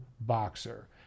boxer